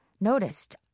noticed –